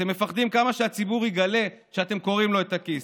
אתם מפחדים שהציבור יגלה שאתם קורעים לו את הכיס,